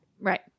Right